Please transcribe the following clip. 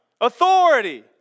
authority